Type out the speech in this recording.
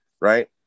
right